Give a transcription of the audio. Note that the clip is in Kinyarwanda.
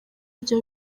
ajya